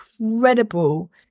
incredible